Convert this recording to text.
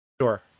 Sure